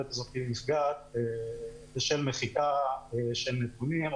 שהיכולת הזאת נפגעת בשל מחיקה של נתונים,